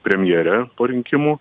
premjerę po rinkimų